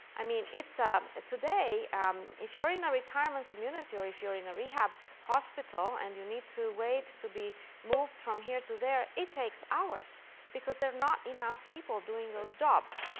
i mean it's ah today um if you're in a retirement community or if you're in a rehab hospital and you need to wait to be moved from here to there it takes hours because there not enough people doing those jobs.